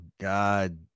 god